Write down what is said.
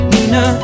Nina